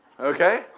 Okay